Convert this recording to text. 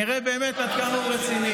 נראה באמת עד כמה הוא רציני.